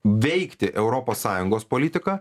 veikti europos sąjungos politiką